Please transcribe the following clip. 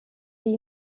die